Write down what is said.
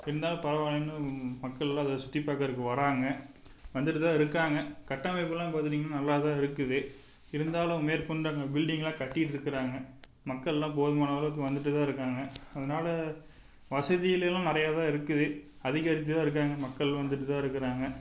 இருந்தாலும் பரவாலேன்னு மக்கள்லாம் அதை சுற்றி பார்க்கிறக்கு வர்றாங்க வந்துகிட்டு தான் இருக்காங்க கட்டமைப்பெலாம் பார்த்துட்டீங்கனா நல்லா தான் இருக்குது இருந்தாலும் மேற்கொண்டு அங்கே பில்டிங்லாம் கட்டிட்டு இருக்கிறாங்க மக்கள்லாம் போதுமான அளவுக்கு வந்துட்டு தான் இருக்காங்க அதனால் வசதிகள் எல்லாம் நிறையா தான் இருக்குது அதிகரித்து தான் இருக்காங்க மக்கள் வந்துட்டு தான் இருக்கிறாங்க